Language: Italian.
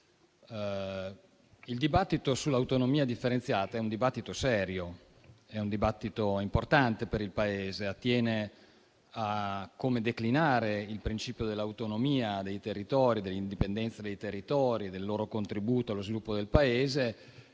Il dibattito sull'autonomia differenziata è un dibattito serio e importante per il Paese; esso attiene a come declinare il principio dell'autonomia e dell'indipendenza dei territori e il loro contributo allo sviluppo del Paese.